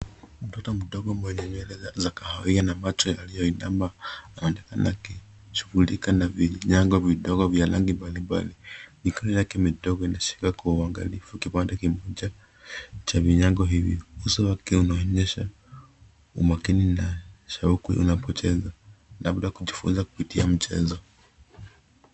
Mtoto mdogo mwenye nywele za za kahawia na macho yaliyoinama anaonekana akishughulika na vinyago vidogo vya rangi mbalimbali. Mikono yake midogo inashika kwa uangalifu kibanda kimoja cha vinyago hivyo. Uso wake unaonyesha umakini na shauku anapocheza, labda akijifunza kupitia mchezo.